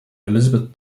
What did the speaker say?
elizabeth